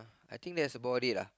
I think that's about it lah